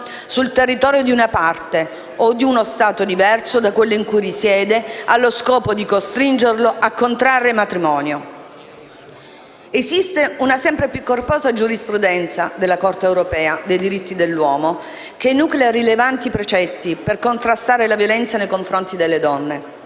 sul territorio di una Parte o di uno Stato diverso da quello in cui risiede, allo scopo di costringerlo a contrarre matrimonio». Si consideri anche che esiste una sempre più corposa giurisprudenza della Corte europea dei diritti dell'uomo, che enuclea rilevanti precetti per contrastare la violenza nei confronti delle donne.